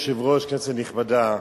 אדוני היושב-ראש, כנסת נכבדה,